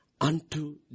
unto